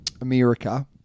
America